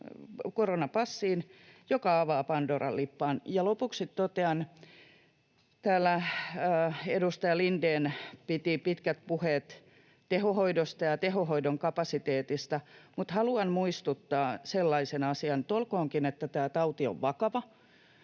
koronapassiin, joka avaa pandoran lippaan. Lopuksi totean, kun täällä edustaja Lindén piti pitkät puheet tehohoidosta ja tehohoidon kapasiteetista, ja haluan muistuttaa sellaisesta asiasta, että olkoonkin, että tämä tauti on vakava